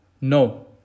No